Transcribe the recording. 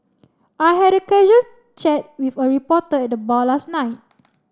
I had a casual chat with a reporter at the bar last night